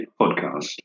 podcast